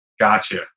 Gotcha